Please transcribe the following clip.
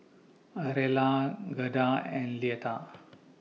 Rella Gerda and Leatha